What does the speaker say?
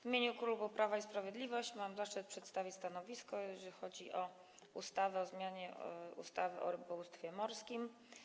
W imieniu klubu Prawo i Sprawiedliwość mam zaszczyt przedstawić stanowisko, jeżeli chodzi o ustawę o zmianie ustawy o rybołówstwie morskim.